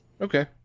Okay